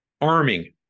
arming